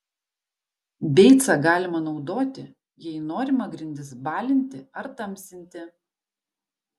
beicą galima naudoti jei norima grindis balinti ar tamsinti